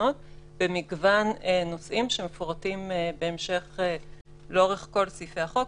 תקנות במגוון נושאים שמפורטים בהמשך לאורך כל סעיפי החוק.